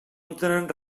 entenen